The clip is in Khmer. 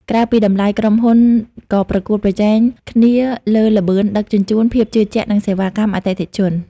ក្រៅពីតម្លៃ ក្រុមហ៊ុនក៏ប្រកួតប្រជែងគ្នាលើល្បឿនដឹកជញ្ជូន ភាពជឿជាក់ និងសេវាកម្មអតិថិជន។